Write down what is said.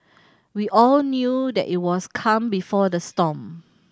we all knew that it was calm before the storm